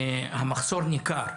המחסור ניכר.